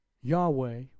Yahweh